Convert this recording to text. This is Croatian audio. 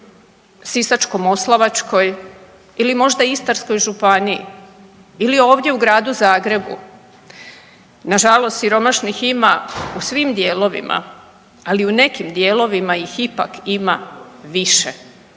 Sisačko-moslavačkoj ili možda Istarskoj županiji ili ovdje u Gradu Zagrebu? Nažalost siromašnih ima u svim dijelovima, ali u nekim dijelovima ih ipak ima više.